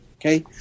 Okay